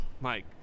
Mike